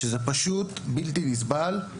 שזה פשוט בלתי נסבל.